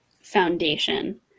foundation